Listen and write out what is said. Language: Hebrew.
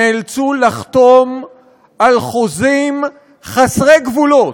נאלצו לחתום על חוזים חסרי גבולות,